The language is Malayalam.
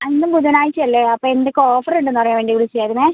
ആ ഇന്ന് ബുധനാഴ്ച്ച അല്ലേ അപ്പം എന്തൊക്കെ ഓഫർ ഉണ്ടെന്ന് അറിയാൻ വേണ്ടി വിളിച്ചതായിരുന്നേ